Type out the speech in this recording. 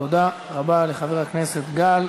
תודה רבה לחבר הכנסת גל.